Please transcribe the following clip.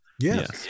Yes